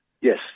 Yes